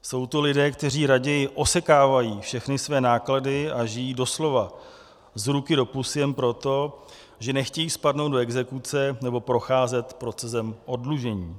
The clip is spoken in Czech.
Jsou to lidé, kteří raději osekávají všechny své náklady a žijí doslova z ruky do pusy jen proto, že nechtějí spadnout do exekuce nebo procházet procesem oddlužení.